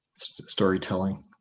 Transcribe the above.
storytelling